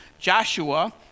Joshua